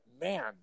man